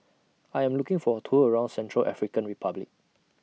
I Am looking For A Tour around Central African Republic